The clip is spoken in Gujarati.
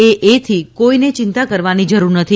ડબલ એ થી કોઇને ચિંતા કરવાની જરૂર નથી